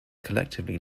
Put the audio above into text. collectively